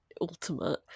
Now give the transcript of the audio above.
ultimate